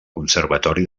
conservatori